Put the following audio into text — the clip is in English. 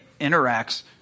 interacts